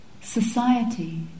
Society